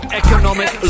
economic